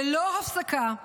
ללא הפסקה,